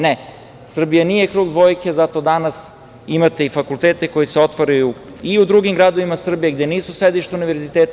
Ne, Srbija nije krug „dvojke“, zato danas imate fakultete koji se otvaraju i u drugim gradovima Srbije, gde nisu sedišta univerziteta.